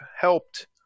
helped